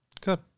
Good